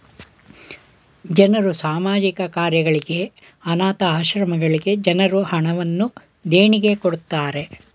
ಜನರು ಸಾಮಾಜಿಕ ಕಾರ್ಯಗಳಿಗೆ, ಅನಾಥ ಆಶ್ರಮಗಳಿಗೆ ಜನರು ಹಣವನ್ನು ದೇಣಿಗೆ ಕೊಡುತ್ತಾರೆ